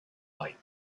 light